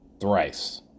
thrice